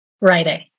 writing